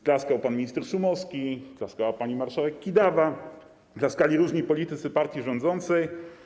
Klaskał pan minister Szumowski, klaskała pani marszałek Kidawa, klaskali różni politycy partii rządzącej.